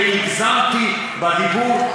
והגזמתי בדיבור.